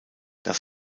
das